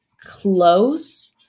close